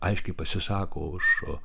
aiškiai pasisako už